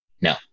No